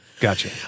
Gotcha